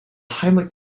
heimlich